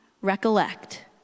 recollect